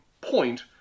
point